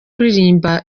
kuririmba